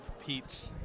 peach